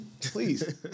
please